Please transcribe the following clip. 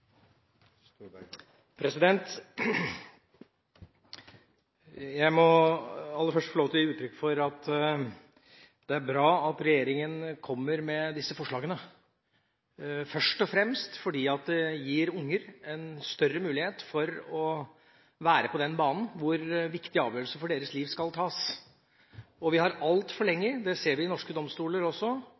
Jeg må aller først få lov til å gi uttrykk for at det er bra at regjeringen kommer med disse forslagene, først og fremst fordi det gir barn en større mulighet til å være på den banen hvor viktige avgjørelser for deres liv skal tas. Når vi har diskutert hvem barnet skal bo fast hos, og også det som gjelder samværsrett, har vi